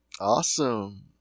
Awesome